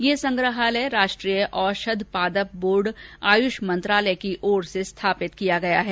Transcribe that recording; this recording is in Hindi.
ये संग्रहालय राष्ट्रीय औषध पादप बोर्ड आयुष मंत्रालय की ओर से स्थापित किया गया है